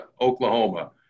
Oklahoma